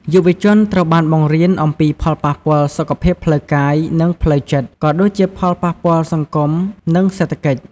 យុវជនត្រូវបានបង្រៀនអំពីផលប៉ះពាល់សុខភាពផ្លូវកាយ និងផ្លូវចិត្ត ក៏ដូចជាផលប៉ះពាល់សង្គម និងសេដ្ឋកិច្ច។